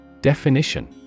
Definition